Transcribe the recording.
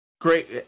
great